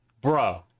Bro